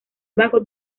bajo